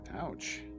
Ouch